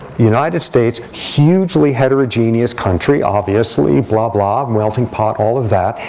united states hugely heterogeneous country, obviously, blah, blah, melting pot, all of that.